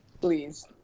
Please